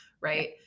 right